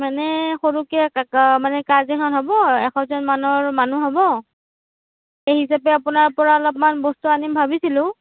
মানে সৰুকৈ মানে কাজ এখন হ'ব এশজনমানৰ মানুহ হ'ব সেই হিচাপে আপোনাৰ পৰা অলপমান বস্তু আনিম ভাবিছিলোঁ